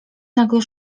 nagle